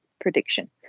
prediction